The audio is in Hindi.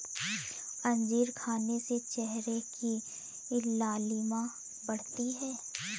अंजीर खाने से चेहरे की लालिमा बढ़ती है